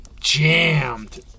jammed